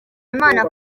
imana